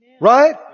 Right